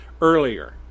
earlier